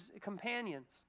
companions